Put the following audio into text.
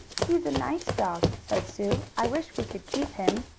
he's a nice dog, said sue. i wish we could keep him.